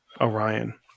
Orion